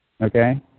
okay